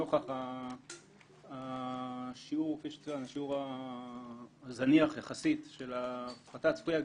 שנוכח השיעור הזניח יחסית של ההפחתה הצפויה,